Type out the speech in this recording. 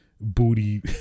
booty